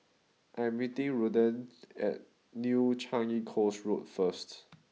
I am meeting Ruthanne at New Changi Coast Road first